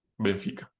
Benfica